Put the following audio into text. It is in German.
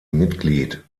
mitglied